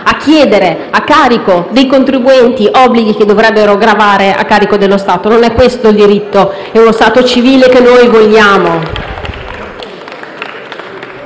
a chiedere a carico dei contribuenti obblighi che dovrebbero gravare a carico dello Stato? Non è questo il diritto, ma è uno Stato civile quello che vogliamo.